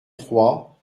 trois